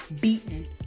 beaten